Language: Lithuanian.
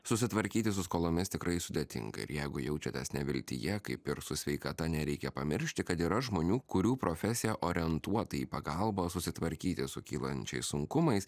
susitvarkyti su skolomis tikrai sudėtinga ir jeigu jaučiatės neviltyje kaip ir su sveikata nereikia pamiršti kad yra žmonių kurių profesija orientuota į pagalbą susitvarkyti su kylančiais sunkumais